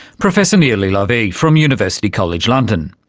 professor nilli lavie from university college london.